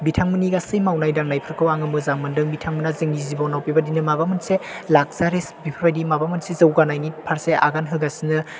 बिथांमोननि गासै मावनाय दांनायफोरखौ आं मोजां मोनदों बिथांमोना जोंनि जिब'नाव बेबादिनो माबा मोनसे लाग्जारियास बेफोरबायदि माबा मोनसे जौगानायनि फारसे आगान होगासिनो